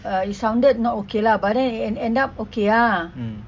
uh you sounded not okay lah but then end end up okay ah